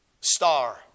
Star